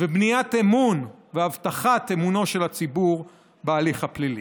ובניית אמון והבטחת אמונו של הציבור בהליך הפלילי.